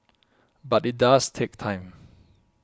but it does take time